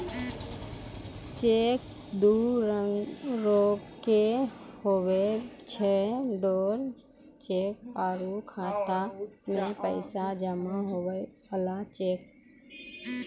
cheque दू रंगोके हुवै छै ओडर चेक आरु खाता मे पैसा जमा हुवै बला चेक